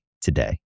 today